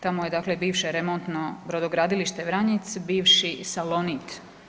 Tamo je dakle bivše remontno brodogradilište Vranjic, bivši Salonit.